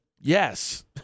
yes